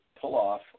pull-off